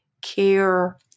care